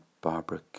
barbara